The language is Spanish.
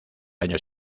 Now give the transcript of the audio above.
año